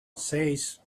seis